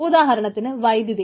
ഉദാഹരണത്തിന് വൈദ്യുതി